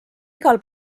igal